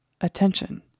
Attention